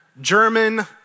German